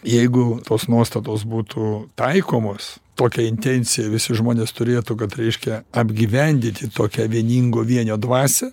jeigu tos nuostatos būtų taikomos tokią intenciją visi žmonės turėtų kad reiškia apgyvendyti tokią vieningo vienio dvasią